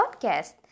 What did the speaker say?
podcast